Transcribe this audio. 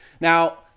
Now